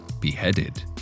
beheaded